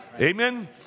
Amen